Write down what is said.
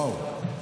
וואו.